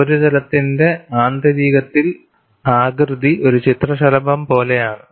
ഉപരിതലത്തിന്റെ ആന്തരികത്തിൽ ആകൃതി ഒരു ചിത്രശലഭം പോലെയാണ്